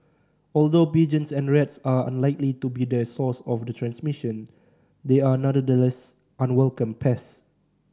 although pigeons and rats are unlikely to be the source of the transmission they are nonetheless unwelcome pests